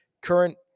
current